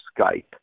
Skype